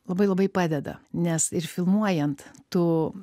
labai labai padeda nes ir filmuojant tu